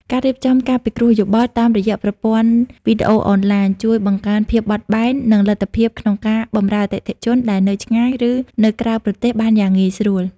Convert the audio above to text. ការរៀបចំការពិគ្រោះយោបល់តាមរយៈប្រព័ន្ធវីដេអូអនឡាញ ជួយបង្កើនភាពបត់បែន និងលទ្ធភាពក្នុងការបម្រើអតិថិជនដែលនៅឆ្ងាយ ឬនៅក្រៅប្រទេសបានយ៉ាងងាយស្រួល។